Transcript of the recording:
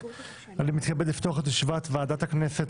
בוקר טוב, אני מתכבד לפתוח את ישיבת ועדת הכנסת.